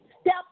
step